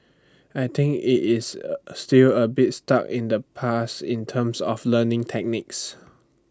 I think IT is A still A bit stuck in the past in terms of learning techniques